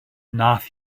wnaeth